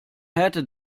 härte